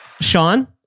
Sean